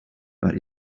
but